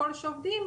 ככל שעובדים,